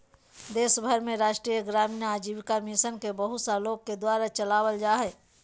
देश भर में राष्ट्रीय ग्रामीण आजीविका मिशन के बहुत सा लोग के द्वारा चलावल जा हइ